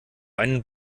einen